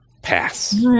Pass